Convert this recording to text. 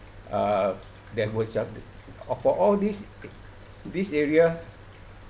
uh there was a of for all this this area